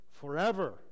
forever